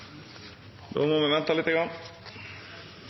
Da må vi